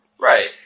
Right